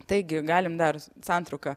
taigi galim dar santrauką